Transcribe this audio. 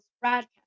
broadcast